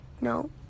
No